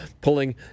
pulling